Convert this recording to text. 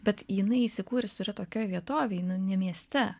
bet jinai įsikūrus yra tokioj vietovėj ne mieste